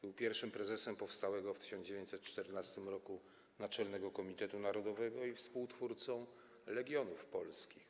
Był pierwszym prezesem powstałego w 1914 r. Naczelnego Komitetu Narodowego i współtwórcą Legionów Polskich.